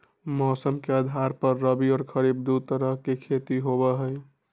मौसम के आधार पर रबी और खरीफ दु तरह के खेती होबा हई